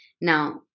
now